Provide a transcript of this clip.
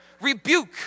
rebuke